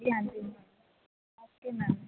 ਹਾਂਜੀ ਹਾਂਜੀ ma'am okay ma'am